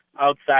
outside